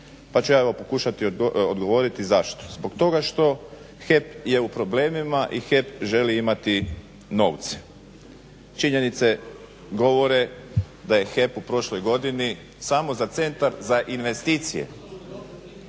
pa ću ja evo pokušati odgovoriti zašto. Zbog toga što HEP je u problemima i HEP želi imati novce. Činjenice govore da je HEP u prošloj godini samo za Centar za investicije